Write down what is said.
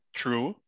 true